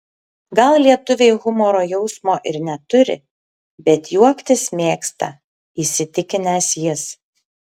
gal lietuviai humoro jausmo ir neturi bet juoktis mėgsta įsitikinęs jis